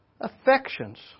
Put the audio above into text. Affections